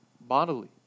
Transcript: bodily